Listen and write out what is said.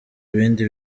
ibindi